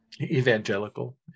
Evangelical